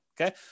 Okay